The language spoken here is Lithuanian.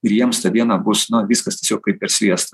ir jiems tą dieną bus na viskas tiesiog kaip per sviestą